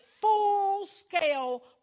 full-scale